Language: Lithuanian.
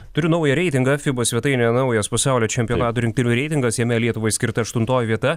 turiu naują reitingą fiba svetainėje naujas pasaulio čempionatų rinktinių reitingas jame lietuvai skirta aštuntoji vieta